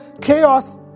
chaos